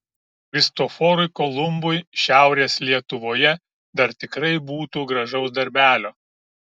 kristoforui kolumbui šiaurės lietuvoje dar tikrai būtų gražaus darbelio